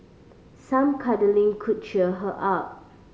some cuddling could cheer her up